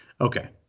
okay